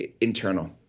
internal